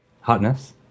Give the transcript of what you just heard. Hotness